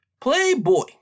Playboy